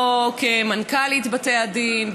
לא כמנכ"לית בתי הדין,